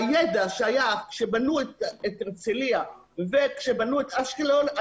הידע שהיה עת בנו את הרצליה ועת בנו את אשקלון,